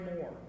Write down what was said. more